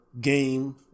game